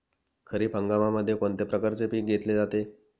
खरीप हंगामामध्ये कोणत्या प्रकारचे पीक घेतले जाते?